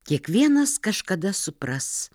kiekvienas kažkada supras